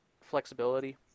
flexibility